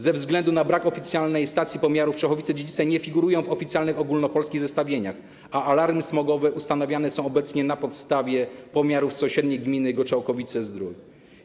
Ze względu na brak oficjalnej stacji pomiaru Czechowice-Dziedzice nie figurują w oficjalnych ogólnopolskich zestawieniach, a alarmy smogowe ustanawiane są obecnie na podstawie pomiarów z sąsiedniej gminy, gminy Goczałkowice-Zdrój.